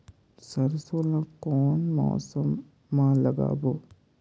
सरसो ला कोन मौसम मा लागबो?